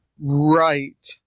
right